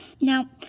Now